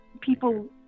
people